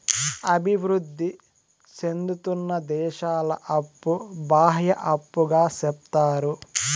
అభివృద్ధి సేందుతున్న దేశాల అప్పు బాహ్య అప్పుగా సెప్తారు